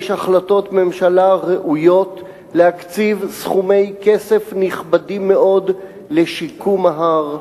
יש החלטות ממשלה ראויות להקציב סכומי כסף נכבדים מאוד לשיקום ההר,